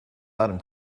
item